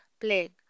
plague